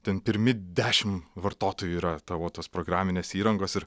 ten pirmi dešimt vartotojų yra tavo tos programinės įrangos ir